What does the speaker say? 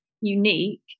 unique